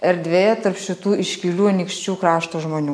erdvėje tarp šitų iškilių anykščių krašto žmonių